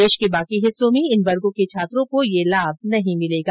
देश के बाकी हिस्सों में इन वर्गो के छात्रों को यह लाभ नहीं मिलेगा